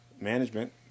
management